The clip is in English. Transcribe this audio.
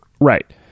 Right